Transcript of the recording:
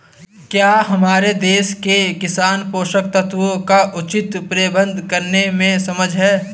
क्या हमारे देश के किसान पोषक तत्वों का उचित प्रबंधन करने में सक्षम हैं?